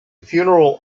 funeral